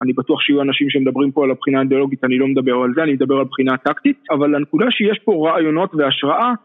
אני בטוח שיהיו אנשים שמדברים פה על הבחינה האידיאולוגית, אני לא מדבר על זה, אני מדבר על הבחינה הטקטית, אבל הנקודה שיש פה רעיונות והשראה...